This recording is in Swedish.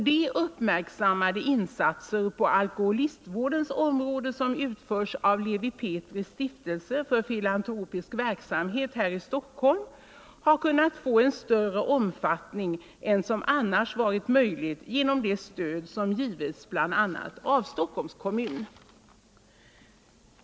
De uppmärksammade insatser på alkoholistvårdens område som här i Stockholm utförs av Lewi Pethrus” Stiftelse för filantropisk verksamhet har kunnat få en större omfattning än som annars varit möjlig genom det stöd som givits av bl.a. Stockholms kommun.